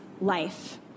life